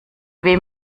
wem